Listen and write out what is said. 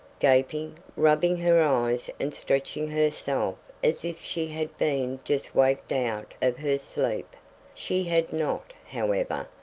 gaping, rubbing her eyes and stretching herself as if she had been just waked out of her sleep she had not, however,